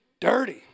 dirty